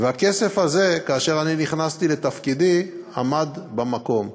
והכסף הזה, כאשר אני נכנסתי לתפקידי, עמד במקום.